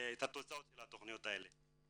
את תוצאות התכניות האלה.